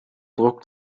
druck